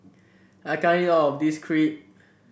I can't eat all of this Crepe